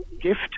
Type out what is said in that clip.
gift